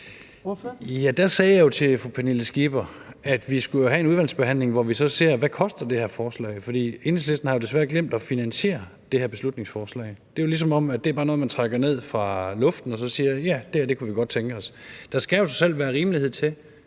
Der sagde jeg jo til fru Pernille Skipper, at vi skulle have en udvalgsbehandling, hvor vi så ser på: Hvad koster det her forslag? For Enhedslisten har jo desværre glemt at finansiere det her beslutningsforslag. Det er jo, som om det bare er noget, man trækker ned fra luften og så siger: Ja, det her kunne vi godt tænke os. Der skal jo trods alt være rimelighed til,